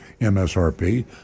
MSRP